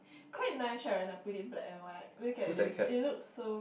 quite nice right when I put it black and white look at this it look so